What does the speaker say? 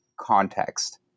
context